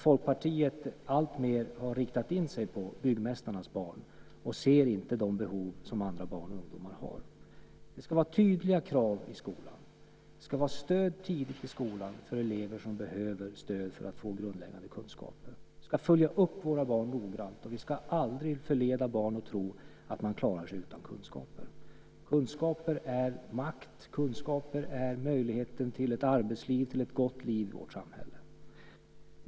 Folkpartiet har alltmer riktat in sig på byggmästarnas barn och ser inte de behov som andra barn och ungdomar har. Det ska vara tydliga krav i skolan. Det ska vara stöd tidigt i skolan för elever som behöver stöd för att få grundläggande kunskaper. Vi ska följa upp våra barn noggrant, och vi ska aldrig förleda barn att tro att man klarar sig utan kunskaper. Kunskaper är makt. Kunskaper är möjlighet till ett arbetsliv och till ett gott liv i vårt samhälle.